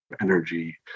energy